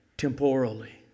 temporally